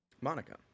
Monica